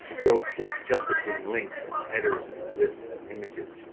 go to jump between links and headers and lists and images.